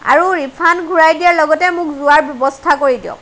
আৰু ৰিফাণ্ড ঘূৰাই দিয়াৰ লগতে মোক যোৱাৰ ব্যৱস্থা কৰি দিয়ক